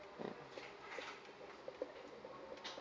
mm